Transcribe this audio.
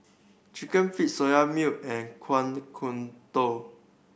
Chicken Feet Soya Milk and Kueh Kodok